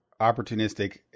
opportunistic